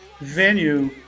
venue